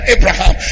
Abraham